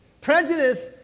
Prejudice